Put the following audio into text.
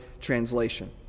translation